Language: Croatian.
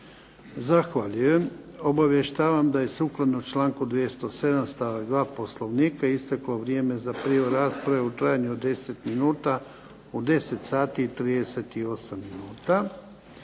Zahvaljujem. Obavještavam da je sukladno čl. 207. stavak 2. Poslovnika isteklo vrijeme za prijavu rasprave u trajanju od 10 minuta u 10,38 minuta.